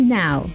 now